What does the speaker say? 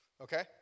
Okay